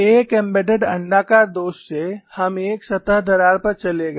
एक एम्बेडेड अण्डाकार दोष से हम एक सतह दरार पर चले गए